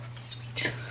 Sweet